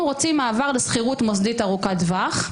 רוצה מעבר לשכירות מוסדית ארוכת טווח.